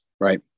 Right